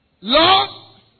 Lord